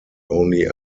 only